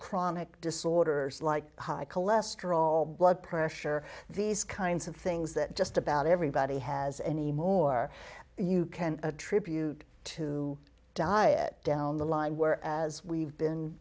chronic disorders like high cholesterol blood pressure these kinds of things that just about everybody has any more you can attribute to diet down the line where as we've